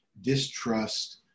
distrust